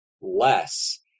less